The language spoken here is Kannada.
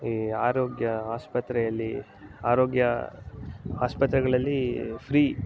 ಈ ಆರೋಗ್ಯ ಆಸ್ಪತ್ರೆಯಲ್ಲಿ ಆರೋಗ್ಯ ಆಸ್ಪತ್ರೆಗಳಲ್ಲಿ ಫ್ರೀ